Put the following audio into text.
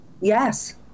Yes